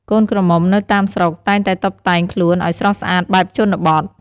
កូនក្រមុំនៅតាមស្រុកតែងតែតុបតែងខ្លួនអោយស្រស់ស្អាតបែបជនបទ។